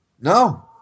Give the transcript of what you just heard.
no